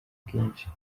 bwinshi